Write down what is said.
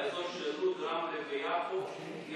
באזור של לוד, רמלה ויפו יש